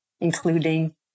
including